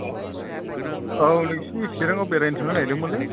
hello औ नोंसोरनि चिरांआव बेरायनो थांनो नागिरदोंमोनलै